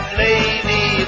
lady